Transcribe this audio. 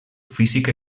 físic